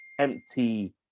empty